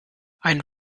ein